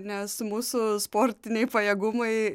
nes mūsų sportiniai pajėgumai